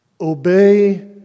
Obey